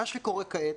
מה שקורה כעת,